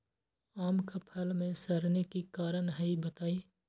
आम क फल म सरने कि कारण हई बताई?